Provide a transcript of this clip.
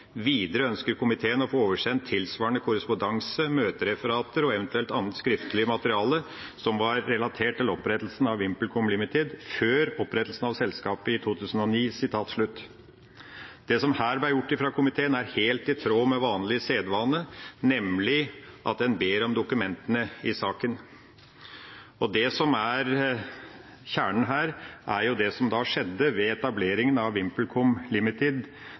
Videre ønsker komiteen å få oversendt tilsvarende korrespondanse, møtereferater og ev. annet skriftlig materiale som var relatert til opprettelsen av VimpelCom Ltd. før opprettelsen av selskapet i 2009.» Det som her ble gjort av komiteen, er helt i tråd med vanlig sedvane, nemlig at en ber om dokumentene i saken. Det som er kjernen her, er det som skjedde ved etableringa av VimpelCom